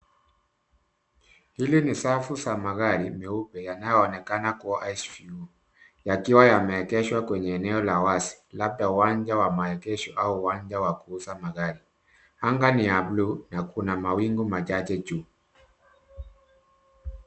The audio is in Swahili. Hili ni safu za magari meupe yanayoonekana kua SUV, yakiwa yameegeshwa kwenye eneo la wazi, labda uwanja wa maegesho au uwanja wa kiuuza magari. Anga ni ya blue na kuna mawingu machache juu.